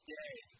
day